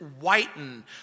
whiten